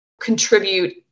contribute